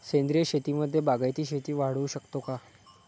सेंद्रिय शेतीमध्ये बागायती शेती वाढवू शकतो का?